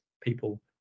people